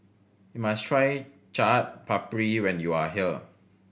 must try Chaat Papri when you are here